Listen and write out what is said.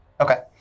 Okay